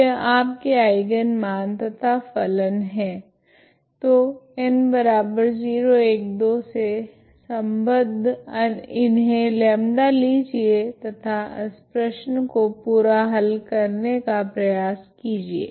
तो यह आपके आइगन मान तथा फलन है तो n012 से सम्बद्ध इन्हे λ लीजिए तथा इस प्रश्न को पूरा हल करने का प्रयास कीजिए